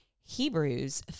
Hebrews